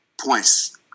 points